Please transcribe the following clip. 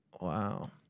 Wow